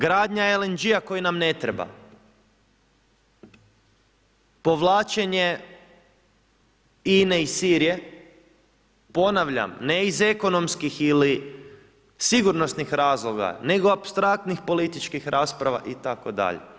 Gradnja LNG-a koji nam ne treba, povlačenje INA-e iz Sirije, ponavljam ne iz ekonomskih ili sigurnosnih razloga nego apstraktnih političkih rasprava itd.